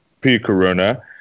pre-corona